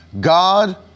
God